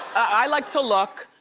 i like to look.